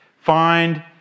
Find